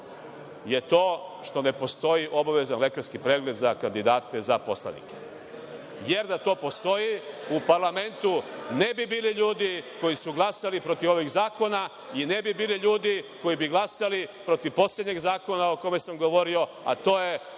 je to što ne postoji obavezan lekarski pregled za kandidate za poslanike, jer da to postoji u Parlamentu ne bi bili ljudi koji su glasali protiv ovih zakona i ne bi bili ljudi koji bi glasali protiv poslednjeg zakona o kome sam govorio, a to je